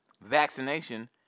vaccination